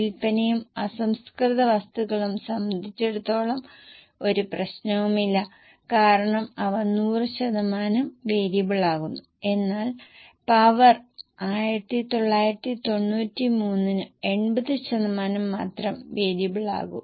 വിൽപ്പനയും അസംസ്കൃത വസ്തുക്കളും സംബന്ധിച്ചിടത്തോളം ഒരു പ്രശ്നവുമില്ല കാരണം അവ 100 ശതമാനം വേരിയബിളായിരുന്നു എന്നാൽ പവർ 1993 ന് 80 ശതമാനം മാത്രമേ വേരിയബിളാകൂ